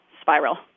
spiral